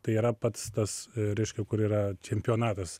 tai yra pats tas reiškia kur yra čempionatas